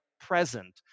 present